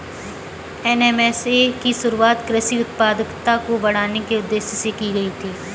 NMSA की शुरुआत कृषि उत्पादकता को बढ़ाने के उदेश्य से की गई थी